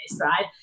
right